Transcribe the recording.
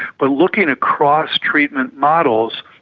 but looking across treatment models,